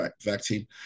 vaccine